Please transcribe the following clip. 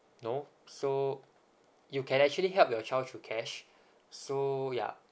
no so you can actually help your child through cash so yeah